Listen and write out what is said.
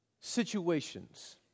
situations